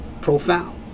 profound